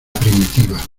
primitiva